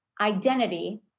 identity